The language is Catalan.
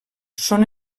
són